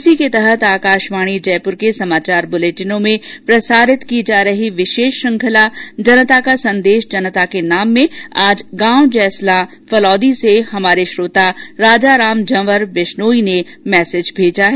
इसी के तहत आकाशवाणी जयपुर के समाचार बुलेटिनों में प्रसारित की जा रही विशेष श्रृंखला जनता का संदेश जनता के नाम में आज गांव जैसलां फालोदी से हमारे श्रोता राजाराम जंवर विश्नोई ने मैसेज भेजा है